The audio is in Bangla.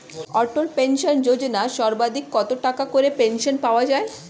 অটল পেনশন যোজনা সর্বাধিক কত টাকা করে পেনশন পাওয়া যায়?